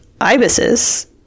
ibises